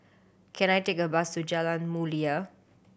can I take a bus to Jalan Mulia